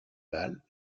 bals